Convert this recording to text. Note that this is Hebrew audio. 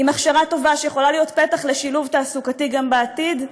עם הכשרה טובה שיכולה להיות פתח לשילוב תעסוקתי גם בעתיד,